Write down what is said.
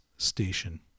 station